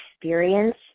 experience